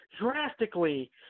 drastically